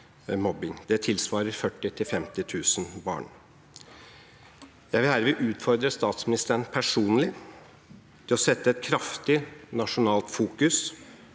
Det tilsvarer 40 000–50 000 barn. Jeg vil herved utfordre statsministeren personlig til å sette et kraftig nasjonalt fokus